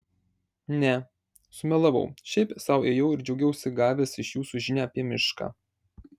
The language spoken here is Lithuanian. ne sumelavau šiaip sau ėjau ir džiaugiuosi gavęs iš jūsų žinią apie mišką